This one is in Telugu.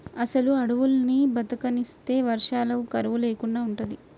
అసలు అడువుల్ని బతకనిస్తే వర్షాలకు కరువు లేకుండా ఉంటది